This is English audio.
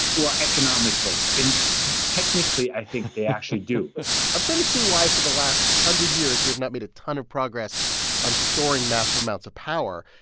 economically. and technically. i think they actually do i'm starting to see why, for the last hundred years, we have not made a ton of progress on storing massive amounts of power.